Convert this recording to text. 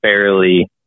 fairly